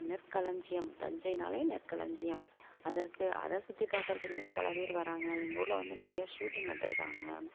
நெற்களஞ்சியம் தஞ்சைனாலே நெற்களஞ்சியம் அதற்கு அதை சுற்றிப் பார்க்கறதுக்குனே பலபேரு வராங்க எங்க ஊரில் வந்து நிறைய ஷூட்டிங் எடுத்துருக்காங்க